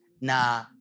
na